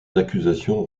accusations